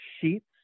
Sheets